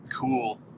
Cool